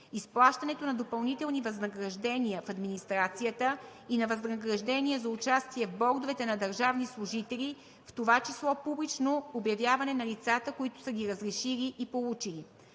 изплащането на допълнителни възнаграждения в администрацията и на възнаграждения за участия в бордове на държавни служители, в това число публично обявяване на лицата, които са ги разрешили и получили.